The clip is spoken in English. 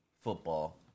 football